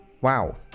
Wow